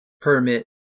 permit